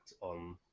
on